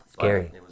Scary